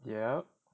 ya